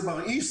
זה מרעיש,